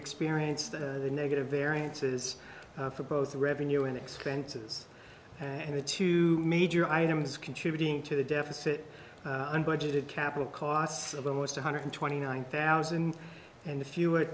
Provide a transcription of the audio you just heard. experienced the negative variances for both revenue and expenses and the two major items contributing to the deficit and budgeted capital costs of almost one hundred twenty nine thousand and the fewer